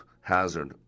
Hazard